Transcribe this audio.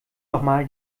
nochmal